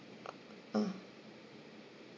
uh ah